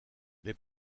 les